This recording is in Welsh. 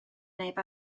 neb